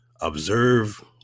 observe